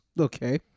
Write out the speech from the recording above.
Okay